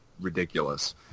ridiculous